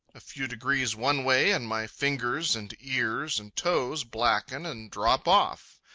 a few degrees one way, and my fingers and ears and toes blacken and drop off.